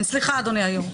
סליחה, אדוני היושב-ראש.